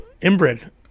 Inbred